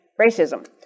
racism